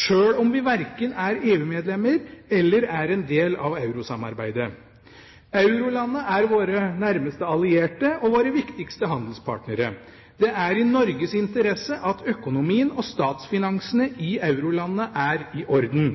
sjøl om vi verken er EU-medlemmer eller en del av eurosamarbeidet. Eurolandene er våre nærmeste allierte og våre viktigste handelspartnere. Det er i Norges interesse at økonomien og statsfinansene i eurolandene er i orden.